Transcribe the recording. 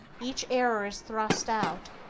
each error is thrust out,